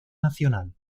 nacional